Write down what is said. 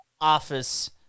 office